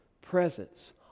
Presence